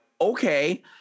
okay